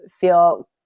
feel